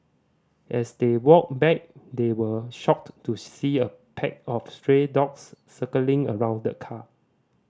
as they walked back they were shocked to see a pack of stray dogs circling around the car